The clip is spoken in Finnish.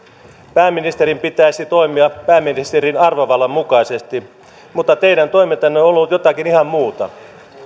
pääministerin pitäisi toimia pääministerin arvovallan mukaisesti mutta teidän toimintanne on ollut jotakin ihan muuta